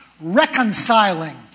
reconciling